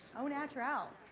au naturel.